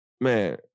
man